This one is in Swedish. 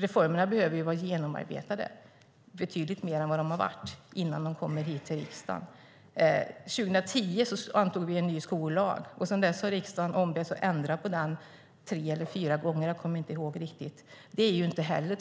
Reformerna behöver vara betydligt mer genomarbetade innan de kommer hit till riksdagen än vad som varit fallet. År 2010 antog vi en ny skollag. Sedan dess har riksdagen ombetts att ändra på den tre eller fyra gånger - jag kommer inte riktigt ihåg. Det skapar inte heller